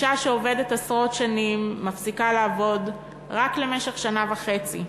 אישה שעובדת עשרות שנים מפסיקה לעבוד רק למשך שנה וחצי,